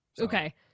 Okay